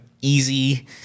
easy